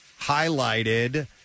highlighted